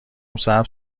سبز